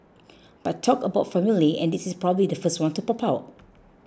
but talk about formulae and this is probably the first one to pop out